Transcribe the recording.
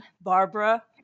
Barbara